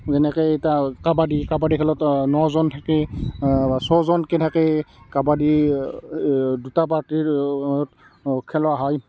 যেনেকৈ এতিয়া কাবাডি কাবাডি খেলত নজন থাকে ছজনকৈ থাকে কাবাডিৰ দুটা পাৰ্টিৰ খেলা হয়